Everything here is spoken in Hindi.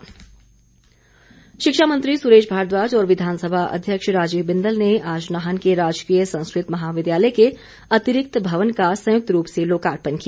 महाविद्यालय शिक्षा मंत्री सुरेश भारद्वाज और विधानसभा अध्यक्ष राजीव बिंदल ने आज नाहन के राजकीय संस्कृत महाविद्यालय के अतिरिक्त भवन का संयुक्त रूप से लोकार्पण किया